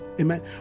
Amen